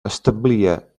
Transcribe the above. establia